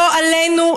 לא עלינו,